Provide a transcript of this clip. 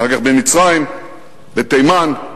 אחר כך במצרים, בתימן,